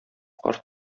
кар